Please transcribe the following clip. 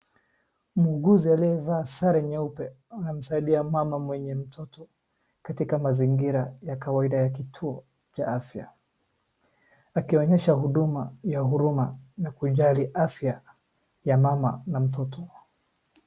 Muuguzi aliyevalia sare nyeupe anamsaidia mama mwenye mtoto katika mazingira ya kawaida ya kituo cha afya. Akionyesha huduma ya huruma na kujali afya ya mama na mtoto.